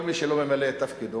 כל מי שלא ממלא את תפקידו,